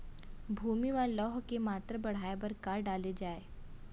भूमि मा लौह के मात्रा बढ़ाये बर का डाले जाये?